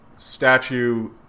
statue